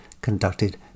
conducted